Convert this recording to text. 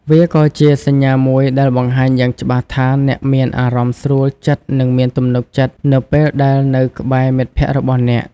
វាក៏ជាសញ្ញាមួយដែលបង្ហាញយ៉ាងច្បាស់ថា អ្នកមានអារម្មណ៍ស្រួលចិត្តនិងមានទំនុកចិត្តនៅពេលដែលនៅក្បែរមិត្តភក្តិរបស់អ្នក។